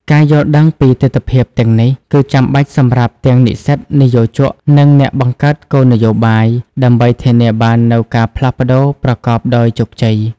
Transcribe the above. ការយល់ដឹងពីទិដ្ឋភាពទាំងនេះ គឺចាំបាច់សម្រាប់ទាំងនិស្សិត និយោជក និងអ្នកបង្កើតគោលនយោបាយ ដើម្បីធានាបាននូវការផ្លាស់ប្តូរប្រកបដោយជោគជ័យ។